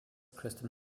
kristin